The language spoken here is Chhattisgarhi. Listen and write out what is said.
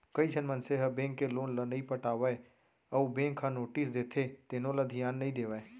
कइझन मनसे ह बेंक के लोन ल नइ पटावय अउ बेंक ह नोटिस देथे तेनो ल धियान नइ देवय